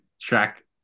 track